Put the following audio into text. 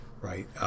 right